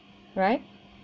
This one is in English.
right